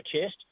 chest